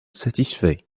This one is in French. satisfait